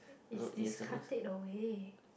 is discard it away